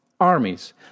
armies